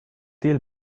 deal